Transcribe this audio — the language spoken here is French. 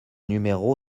numéro